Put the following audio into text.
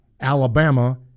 Alabama